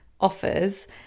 offers